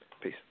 Peace